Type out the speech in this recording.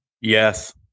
Yes